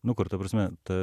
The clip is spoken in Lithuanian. nu kur ta prasme ta